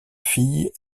fille